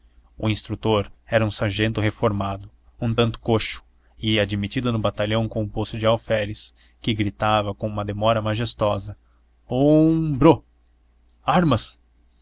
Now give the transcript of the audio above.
o instrutor era um sargento reformado um tanto coxo e admitido no batalhão com o posto de alferes que gritava com uma demora majestosa om brô armas